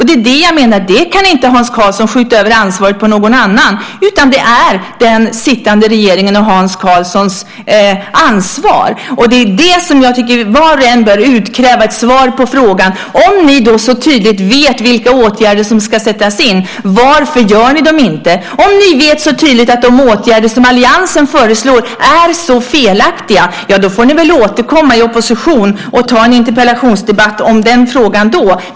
Det är det jag menar: Det ansvaret kan inte Hans Karlsson skjuta över på någon annan, utan det är den sittande regeringen och Hans Karlssons ansvar. Jag tycker att var och en bör utkräva ett svar på frågan: Om ni så tydligt vet vilka åtgärder som ska sättas in, varför vidtar ni dem inte? Om ni vet så tydligt att de åtgärder som alliansen föreslår är så felaktiga får ni väl återkomma i opposition och ta en interpellationsdebatt om den frågan då.